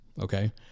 okay